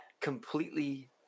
completely